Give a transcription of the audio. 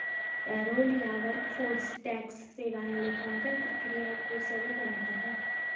payroll या workforce tax सेवाएं लेखांकन प्रक्रिया को सरल बनाता है